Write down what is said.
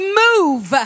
move